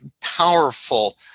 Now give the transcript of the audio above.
powerful